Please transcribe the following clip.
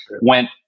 went